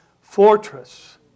fortress